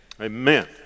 Amen